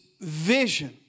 vision